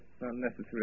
unnecessary